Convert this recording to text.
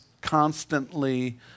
constantly